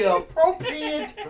appropriate